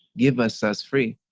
give us us free.